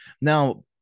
Now